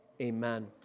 amen